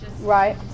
Right